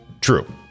True